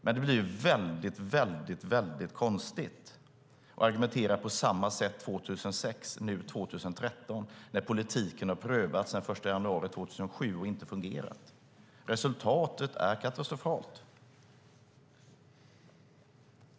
Men det blir ju väldigt konstigt att argumentera på samma sätt nu 2013 som 2006 när politiken har prövats sedan den 1 januari 2007 och inte fungerat. Resultatet är katastrofalt.